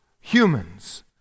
Humans